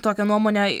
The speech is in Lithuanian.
tokią nuomonę